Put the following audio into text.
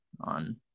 on